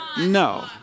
No